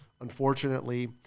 unfortunately